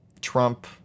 Trump